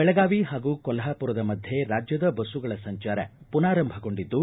ಬೆಳಗಾವಿ ಹಾಗೂ ಕೊಲ್ವಾಪುರದ ಮಧ್ದೆ ರಾಜ್ಯದ ಬಸ್ಸುಗಳ ಸಂಚಾರ ಪುನಾರಂಭಗೊಂಡಿದ್ದು